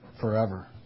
forever